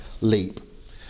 leap